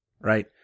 right